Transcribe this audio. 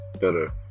better